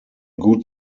gut